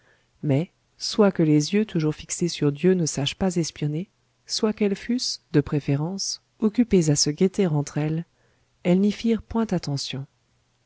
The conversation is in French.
mais soit que les yeux toujours fixés sur dieu ne sachent pas espionner soit qu'elles fussent de préférence occupées à se guetter entre elles elles n'y firent point attention